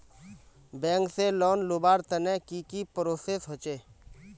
Bank से loan लुबार तने की की प्रोसेस होचे?